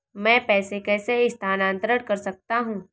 मैं पैसे कैसे स्थानांतरण कर सकता हूँ?